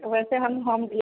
ویسے ہم ہم